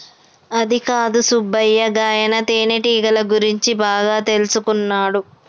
అదికాదు సుబ్బయ్య గాయన తేనెటీగల గురించి బాగా తెల్సుకున్నాడు